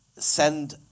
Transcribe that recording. Send